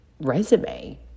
resume